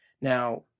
Now